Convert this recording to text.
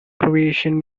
croatian